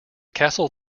castle